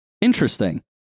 Interesting